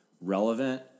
relevant